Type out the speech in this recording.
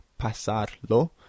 pasarlo